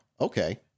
Okay